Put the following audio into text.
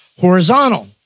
horizontal